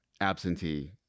absentee